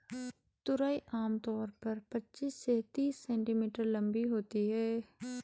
तुरई आम तौर पर पचीस से तीस सेंटीमीटर लम्बी होती है